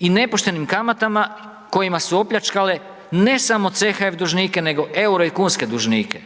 i nepoštenim kamatama kojima su opljačkale ne samo CHF dužnike nego euro i kunske dužnike